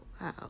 Wow